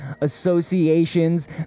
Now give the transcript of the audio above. associations